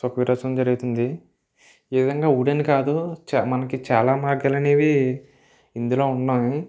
అపిటేషన్ జరుగుతుంది ఈ విధంగా ఒకటని కాదు మనకి చాలా మార్గాలు అనేవి ఇందులో ఉన్నాయి